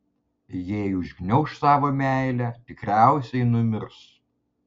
jei užgniauš savo meilę tikriausiai numirs